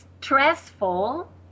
stressful